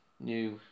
new